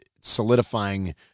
solidifying